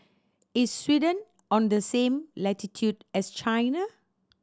is Sweden on the same latitude as China